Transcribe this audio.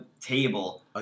table